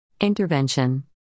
Intervention